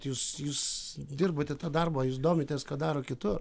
jūs jūs dirbate tą darbą jūs domitės ką daro kitur